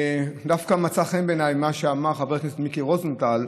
דווקא מצא חן בעיניי מה שאמר חבר הכנסת מיקי רוזנטל.